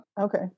Okay